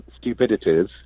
stupidities